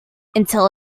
until